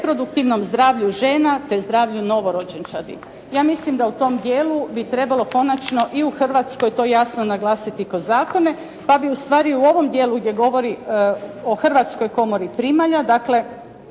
reproduktivnom zdravlju žena, te zdravlju novorođenčadi. Ja mislim da u tom dijelu bi trebalo konačno i u Hrvatskoj to jasno naglasiti kroz zakone, pa bi u stvari u ovom dijelu gdje govori o Hrvatskoj komori primalja, dakle